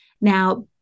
Now